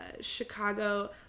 Chicago